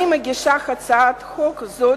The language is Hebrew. אני מגישה את הצעת החוק זו